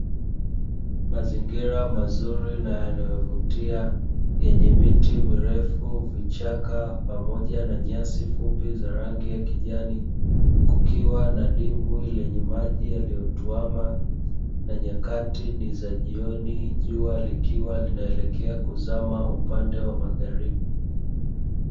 Mazingira mazuri na ya na yovutia yenye miti mirefu, vichaka, pamoja na nyasi fupi za rangi kijani, kukiwa na dimbwi lenye maji yaliyotuama, na nyakati ni za jioni jua likiwa linaelekea kuzama upande wa magharibi.